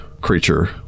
creature